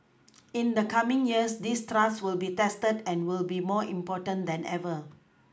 in the coming years this trust will be tested and will be more important than ever